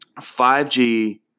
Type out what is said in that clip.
5G